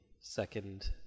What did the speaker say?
second